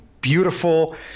beautiful